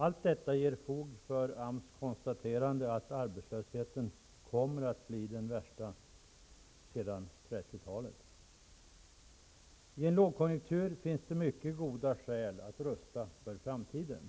Allt detta ger fog för AMS konstaterande att arbetslösheten kommer att bli den värsta sedan 30-talet. I en lågkonjunktur finns det mycket goda skäl att rusta för framtiden.